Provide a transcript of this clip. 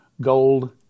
gold